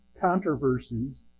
controversies